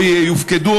או יופקדו,